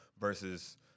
versus